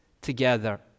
together